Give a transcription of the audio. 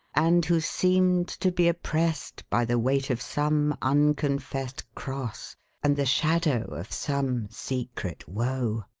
and who seemed to be oppressed by the weight of some unconfessed cross and the shadow of some secret woe.